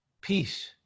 peace